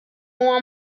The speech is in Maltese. huwa